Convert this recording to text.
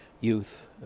youth